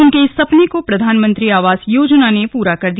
उनके इस सपने को प्रधानमंत्री आवास योजना ने पूरा कर दिया